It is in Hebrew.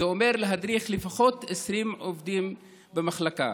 זה אומר להדריך לפחות 20 עובדים במחלקה,